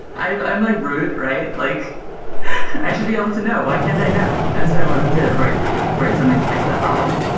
i'm like rude, right? like i should be able to know. why can't i know? so i wanted to write write something to fix that problem.